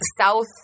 south